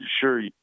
sure